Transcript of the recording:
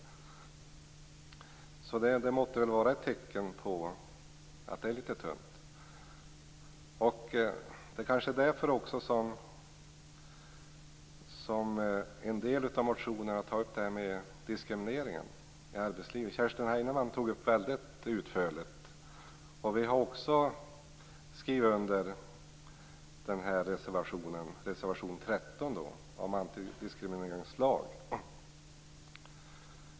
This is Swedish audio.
Det måtte vara ett tecken på att skrivelsen är tunn. I en del av motionerna tar man upp diskrimineringen i arbetslivet. Kerstin Heinemann tog upp det mycket utförligt. Vi har också skrivit under reservation 13 om antidiskrimineringslag.